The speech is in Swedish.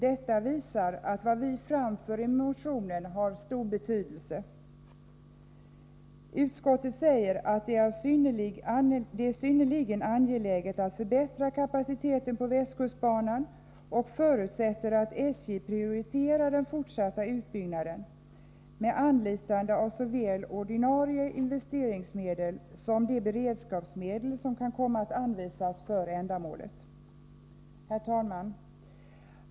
Detta visar att vad vi framför i motionen har stor betydelse. Utskottet säger att det är synnerligen angeläget att förbättra kapaciteten på västkustbanan och förutsätter att SJ prioriterar den fortsatta utbyggnaden med anlitande av såväl ordinarie investeringsmedel som de beredskapsmedel som kan komma att anvisas för ändamålet. Herr talman!